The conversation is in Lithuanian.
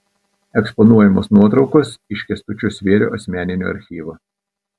eksponuojamos nuotraukos iš kęstučio svėrio asmeninio archyvo